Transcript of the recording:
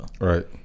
right